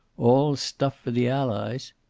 all stuff for the allies.